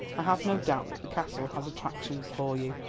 i have no doubt that the castle has attractions for you.